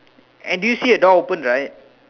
and do you see a door open right